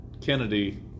Kennedy